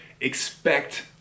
expect